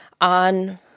on